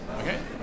okay